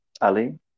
Ali